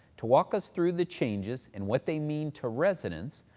to walk us through the changes and what they mean to residents,